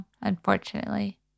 unfortunately